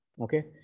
okay